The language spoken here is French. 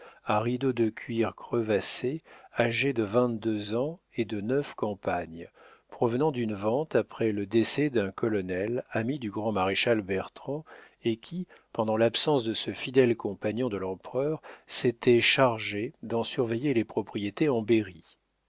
à rideaux de cuir crevassés âgé de vingt-deux ans et de neuf campagnes provenant d'une vente après le décès d'un colonel ami du grand-maréchal bertrand et qui pendant l'absence de ce fidèle compagnon de l'empereur s'était chargé d'en surveiller les propriétés en